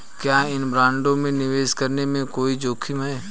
क्या इन बॉन्डों में निवेश करने में कोई जोखिम है?